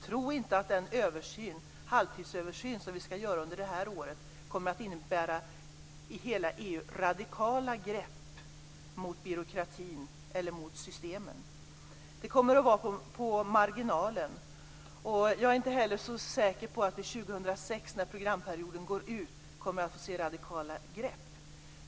Tro inte att den halvtidsöversyn som vi ska göra under det här året i hela EU kommer att innebära radikala grepp mot byråkratin eller mot systemen. Det kommer att vara på marginalen. Jag är inte heller så säker på att vi 2006, när programperioden går ut, kommer att få se radikala grepp.